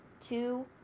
two